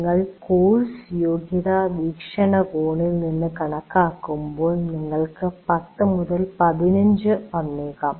നിങ്ങൾ കോഴ്സ് യോഗ്യതാ വീക്ഷണകോണിൽ നിന്ന് കണക്കാക്കുമ്പോൾ നിങ്ങൾക്ക് 10 മുതൽ 15 വന്നേക്കാം